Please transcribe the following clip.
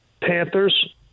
Panthers